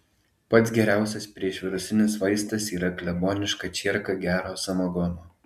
pats geriausias priešvirusinis vaistas yra kleboniška čierka gero samagono